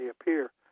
appear